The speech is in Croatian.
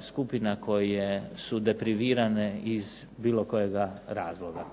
skupina koje su deprivirane iz bilo kojega razloga.